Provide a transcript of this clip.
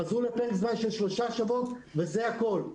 הם חזרו לפרק זמן של שלושה שבועות וזה הכול.